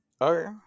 Okay